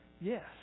yes